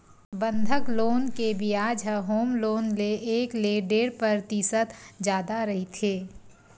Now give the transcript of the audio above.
बंधक लोन के बियाज ह होम लोन ले एक ले डेढ़ परतिसत जादा रहिथे